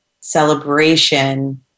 celebration